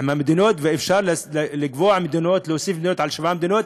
אפשר לקבוע מדינות ולהוסיף מדינות על שבע המדינות,